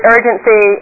Urgency